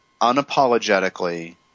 unapologetically